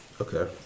Okay